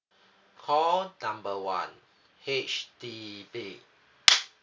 call number one H_D_B